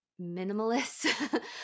minimalist